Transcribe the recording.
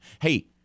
Hey